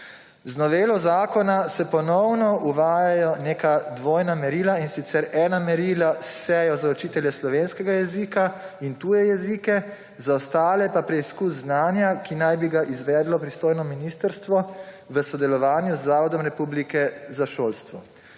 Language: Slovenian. Z novelo zakona se ponovno uvajajo neka dvojna merila, in sicer ena merila SEJO za učitelje slovenskega jezika in tuje jezike, za ostale pa preizkus znanja, ki naj bi ga izvedlo pristojno ministrstvo v sodelovanju z Zavodom Republike Slovenije